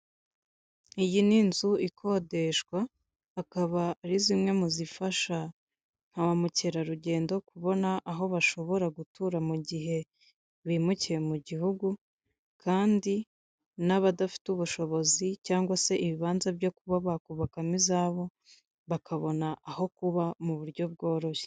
Iyi ni inzu ikodeshwakaba, akaba ari zimwe mu zifasha ba mukerarugendo kubona aho bashobora gutura mu gihe bimukiye mu gihugu, kandi n'abadafite ubushobozi cyangwa se ibibanza byo kuba bakubakamo izabo, bakabona aho kuba mu buryo bworoshye.